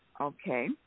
Okay